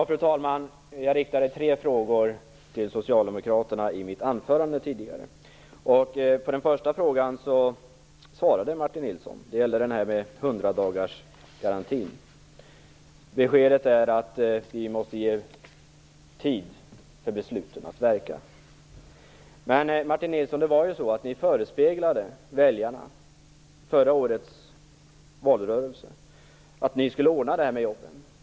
Fru talman! Jag riktade tre frågor till socialdemokraterna i mitt tidigare anförande. Den första frågan gällde 100-dagarsgarantin. På den gav Martin Nilsson beskedet att det måste ges tid för besluten att verka. Men, Martin Nilsson, ni förespeglade väljarna i förra årets valrörelse att ni skulle ordna jobben.